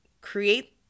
create